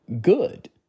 good